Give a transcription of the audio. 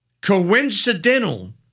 coincidental